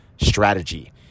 strategy